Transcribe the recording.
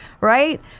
right